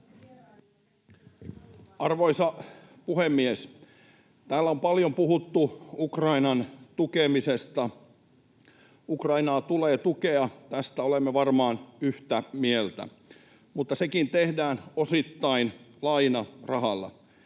Arvoisa puhemies! Täällä on paljon puhuttu Ukrainan tukemisesta. Ukrainaa tulee tukea, tästä olemme varmaan yhtä mieltä, mutta sekin tehdään osittain lainarahalla.